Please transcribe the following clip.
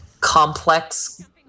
complex